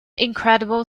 incredible